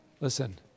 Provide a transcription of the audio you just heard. Listen